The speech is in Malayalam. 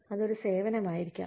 അത് ഒരു സേവനമായിരിക്കാം